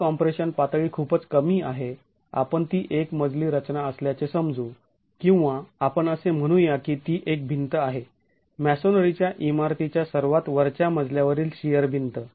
pre compression पातळी खूपच कमी आहे आपण ती एक मजली रचना असल्याचे समजू किंवा आपण असे म्हणू या की ती एक भिंत आहे मॅसोनरीच्या इमारतीच्या सर्वात वरच्या मजल्या वरील शिअर भिंत